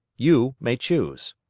you may choose.